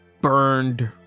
burned